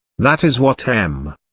that is what m.